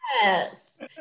yes